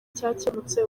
cyakemutse